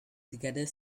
together